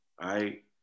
right